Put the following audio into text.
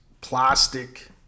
plastic